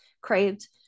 craved